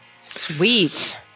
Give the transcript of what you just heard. sweet